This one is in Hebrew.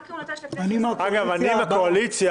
על אף האמור בסעיף 7ג(ב)(3)